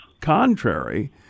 contrary